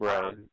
Right